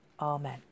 Amen